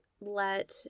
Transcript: let